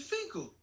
Finkel